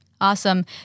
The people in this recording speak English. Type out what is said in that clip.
Awesome